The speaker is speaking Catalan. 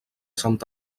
sant